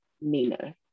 Nina